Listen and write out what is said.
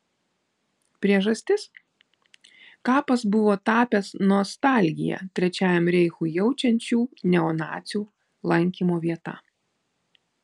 priežastis kapas buvo tapęs nostalgiją trečiajam reichui jaučiančių neonacių lankymo vieta